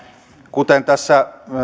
kuten tässä